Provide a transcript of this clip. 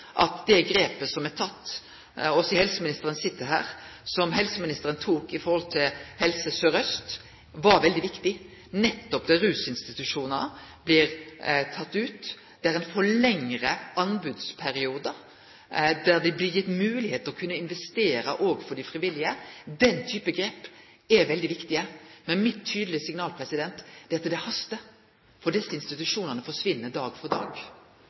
at det grepet som helseministeren tok – og all den stund helseministeren sit her – i forhold til Helse Sør-Øst, var veldig viktig, der rusinstitusjonar blir tekne ut, der ein får lengre anbodsperiodar, og der dei frivillige blir gitt moglegheit til å investere. Den type grep er veldig viktig. Men mitt tydelege signal er at det hastar, for desse institusjonane forsvinn dag for dag.